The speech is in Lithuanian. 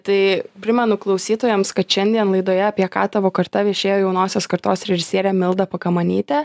tai primenu klausytojams kad šiandien laidoje apie ką tavo karta viešėjo jaunosios kartos režisierė milda pakamanytė